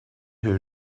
who